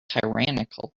tyrannical